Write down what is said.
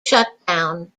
shutdown